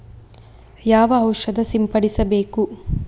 ಯಾವ ಔಷಧ ಸಿಂಪಡಿಸಬೇಕು?